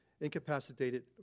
incapacitated